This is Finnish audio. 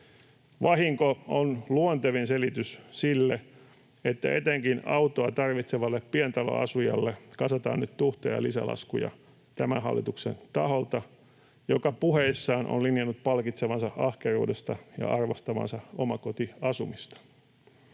Vahinko on luontevin selitys sille, että etenkin autoa tarvitsevalle pientaloasujalle kasataan nyt tuhteja lisälaskuja tämän hallituksen taholta, joka puheissaan on linjannut palkitsevansa ahkeruudesta ja arvostavansa omakotiasumista.